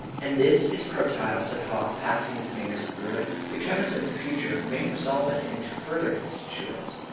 and this is protyle, said haw, passing his fingers through it. the chemist of the future may resolve it into further constituents,